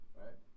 right